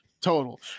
total